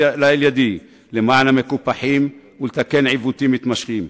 לאל ידי למען המקופחים ולתקן עיוותים מתמשכים,